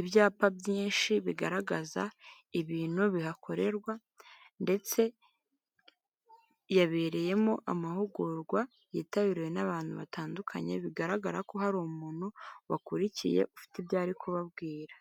ibyapa byinshi bigaragaza ibintu bihakorerwa; ndetse yabereyemo amahugurwa yitabiriwe n'abantu batandukanye. Bigaragara ko hari umuntu bakurikiye ufite ibyo ari kubabwira.